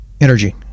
Energy